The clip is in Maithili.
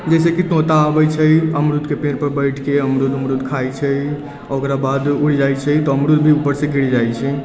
जैसे कि तोता आबै छै अमरुदके पेड़पर बैठके अमरुद उमरुद खाइ छै आओर ओकरा बाद उड़ि जाइ छै तऽ अमरुद भी उपरसँ गिर जाइ छै